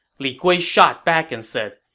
li gui shot back and said,